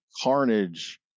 Carnage